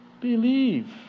believe